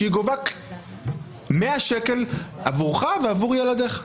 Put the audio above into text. שהיא גובה 100 ש' עבורך ועבור ילדיך.